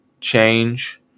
change